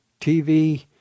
TV